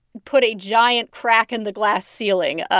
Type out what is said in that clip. put a giant crack in the glass ceiling,